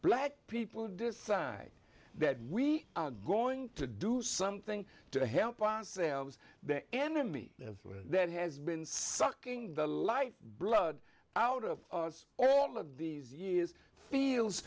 black people decide that we are going to do something to help anselmo's the enemy that has been sucking the life blood out of us all of these years feels